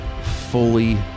fully